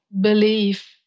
belief